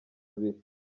abiri